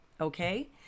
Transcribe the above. Okay